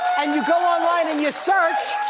and you go online and you search.